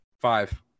Five